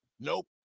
Nope